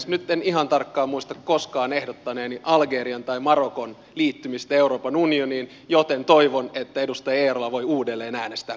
nyt en ihan tarkkaan muista koskaan ehdottaneeni algerian tai marokon liittymistä euroopan unioniin joten toivon että edustaja eerola voi uudelleen hänestä